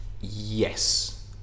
Yes